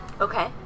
Okay